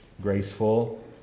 graceful